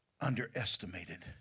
underestimated